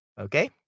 okay